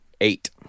Eight